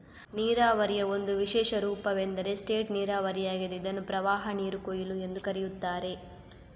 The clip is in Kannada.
ನೀರಾವರಿಯ ಒಂದು ವಿಶೇಷ ರೂಪವೆಂದರೆ ಸ್ಪೇಟ್ ನೀರಾವರಿಯಾಗಿದ್ದು ಇದನ್ನು ಪ್ರವಾಹನೀರು ಕೊಯ್ಲು ಎಂದೂ ಕರೆಯುತ್ತಾರೆ